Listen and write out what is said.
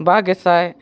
ᱵᱟᱜᱮᱥᱟᱭ